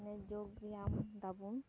ᱢᱟᱱᱮ ᱡᱳᱜᱽ ᱵᱮᱭᱟᱢ ᱮᱫᱟ ᱵᱚᱱ